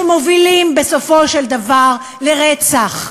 שמובילות בסופו של דבר לרצח,